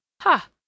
Ha